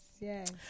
yes